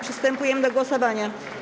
Przystępujemy do głosowania.